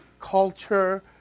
culture